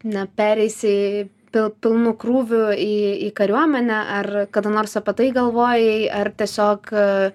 na pereisi pil pilnu krūviu į į kariuomenę ar kada nors apie tai galvojai ar tiesiog